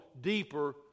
deeper